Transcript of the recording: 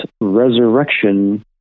resurrection